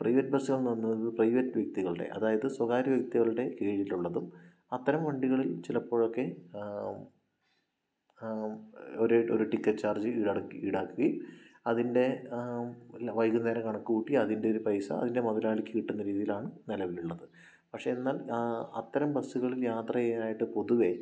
private bus എന്നു പറയുന്നത് private വ്യക്തികളുടെ അതായത് സ്വകാര്യ വ്യക്തികളുടെ കീഴിലുള്ളതും അത്തരം വണ്ടികളിൽ ചിലപ്പോഴൊക്കെ ഒരേ ഒരു ടിക്കറ്റ് ചാർജ് ഈടാക്കുകയും അതിൻ്റെ ഇല്ല വൈകുന്നേരം കണക്കുകൂട്ടി അതിൻ്റെ ഒരു പൈസ അതിൻ്റെ മുതലാളിക്ക് കിട്ടുന്ന രീതിയിലാണ് നെലവിലുള്ളത് പക്ഷേ എന്നാൽ അത്തരം ബസ്സുകളിൽ യാത്ര ചെയ്യാനായിട്ട് പൊതുവേ